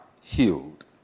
healed